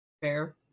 Fair